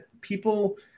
people